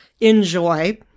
enjoy